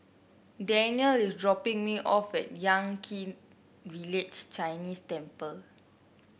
Dannielle is dropping me off at Yan Kit Village Chinese Temple